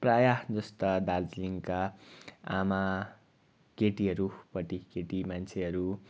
प्रायः जस्ता दार्जिलिङका आमा केटीहरूपट्टि केटी मान्छेहरू